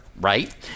right